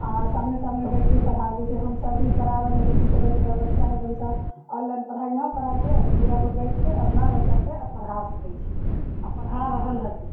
आओर सामने सामने बैठिके पढ़ाउ जइसे हमसब भी करा रहल हती कि छोटा छोटा बच्चा हइ एकदमसँ ऑनलाइन पढ़ाइ नहि कराके दुरापर बैठिके अपना बच्चाके पढ़ा सकै छी आओर पढ़ा रहल हथिन